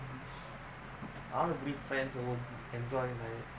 and no no such thing no such thing like that uh because